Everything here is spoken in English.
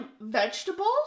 vegetables